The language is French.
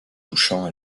touchant